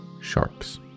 sharks